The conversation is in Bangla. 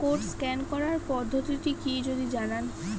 কোড স্ক্যান করার পদ্ধতিটি কি যদি জানান?